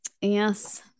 yes